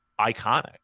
iconic